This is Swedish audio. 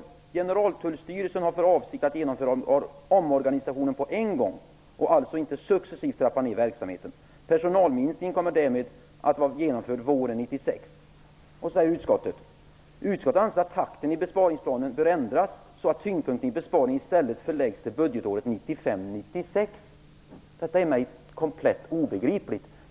att Generaltullstyrelsen har "för avsikt att genomföra omorganisationen på en gång och alltså inte successivt trappa ned verksamheten -. Personalminskningen kommer därmed - att vara genomförd under våren 1996." Utskottet säger vidare: "Utskottet anser att takten i besparingsplanen bör ändras så att tyngdpunkten i besparingen i stället förläggs till budgetåret 1995/96 -." Detta är för mig komplett obegripligt.